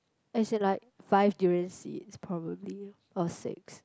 as in like five durian seeds probably or six